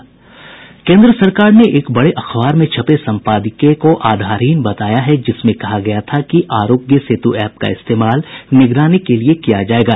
केन्द्र सरकार ने एक बडे अखबार में छपे संपादकीय को आधारहीन बताया है जिसमें यह कहा गया था कि आरोग्य सेतु ऐप का इस्तेमाल निगरानी के लिए किया जायेगा